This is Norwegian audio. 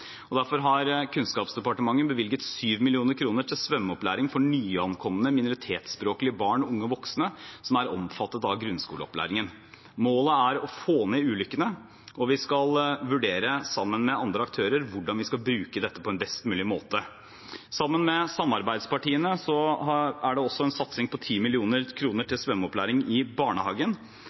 Derfor har Kunnskapsdepartementet bevilget 7 mill. kr til svømmeopplæring for nyankomne minoritetsspråklige barn, unge og voksne som er omfattet av grunnskoleopplæringen. Målet er å få ned ulykkene, og vi skal vurdere, sammen med andre aktører, hvordan vi skal bruke dette på en best mulig måte. Sammen med samarbeidspartiene